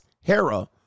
Hera